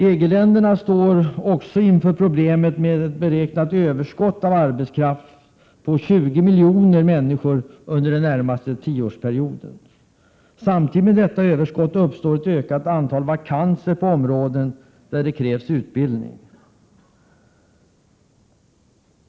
EG-länderna står också inför problemet med ett beräknat överskott av arbetskraft på 20 miljoner människor under den närmaste tioårsperioden. Samtidigt med detta överskott uppstår ett ökat antal vakanser på områden där det krävs utbildning.